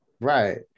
Right